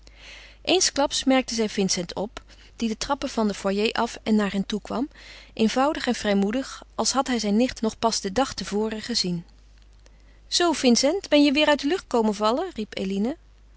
eensklaps merkten zij vincent op die de trappen van den foyer af en naar hen toekwam eenvoudig en vrijmoedig als had hij zijn nichten nog pas den dag te voren gezien zoo vincent ben je weêr uit de lucht komen vallen riep eline